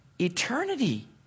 eternity